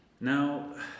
Now